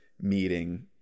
meeting